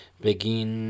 begin